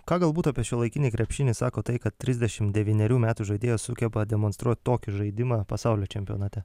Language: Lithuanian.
ką galbūt apie šiuolaikinį krepšinį sako tai kad trisdešimt devynerių metų žaidėjas sugeba demonstruot tokį žaidimą pasaulio čempionate